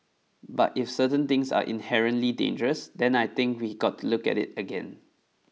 but if certain things are inherently dangerous then I think we got to look at it again